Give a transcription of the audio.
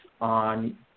on